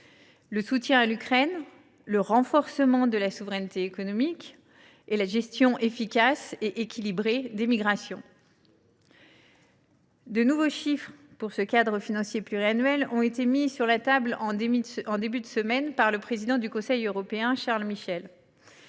le soutien à l’Ukraine, le renforcement de la souveraineté économique et la gestion efficace et équilibrée des migrations. Pour ce qui est de ce cadre pluriannuel, de nouveaux chiffres ont été mis sur la table en début de semaine par le président du Conseil européen, Charles Michel.